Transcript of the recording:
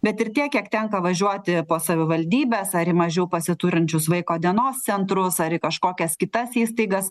bet ir tiek kiek tenka važiuoti po savivaldybes ar į mažiau pasiturinčius vaiko dienos centrus ar į kažkokias kitas įstaigas